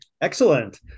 Excellent